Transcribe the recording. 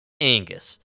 Angus